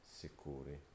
sicuri